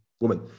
woman